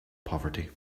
poverty